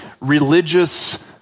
religious